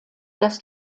dass